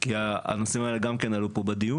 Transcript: כי הנושאים האלה גם כן עלו פה בדיון.